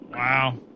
Wow